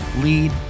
lead